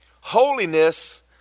holiness